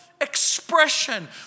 expression